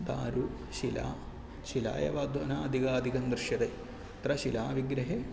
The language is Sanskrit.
दारु शिला शिला एव ध्वनिना अधिकाधिकं दर्श्यते तत्र शिलाविग्रहे